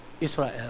Israel